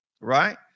right